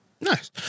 Nice